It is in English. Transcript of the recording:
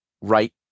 right